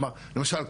למשל,